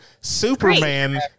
Superman